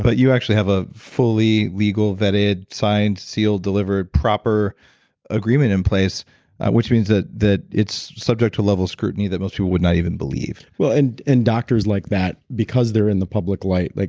but you actually have a fully legal vetted sign, sealed, delivered proper agreement in place which means that that it's subject to level scrutiny that most people would not even believe well and doctors like that because they're in the public light, like